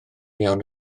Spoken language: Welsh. iawn